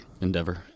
Endeavor